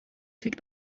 take